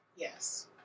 Yes